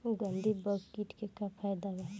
गंधी बग कीट के का फायदा बा?